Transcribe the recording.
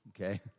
okay